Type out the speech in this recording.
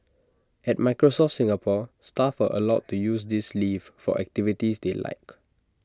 at Microsoft Singapore staff are allowed to use this leave for activities they like